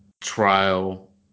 trial